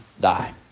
die